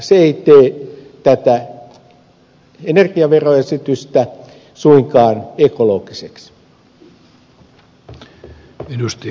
se ei tee tätä energiaveroesitystä suinkaan ekologiseksi